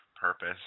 purpose